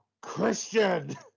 Christian